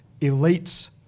elites